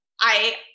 I-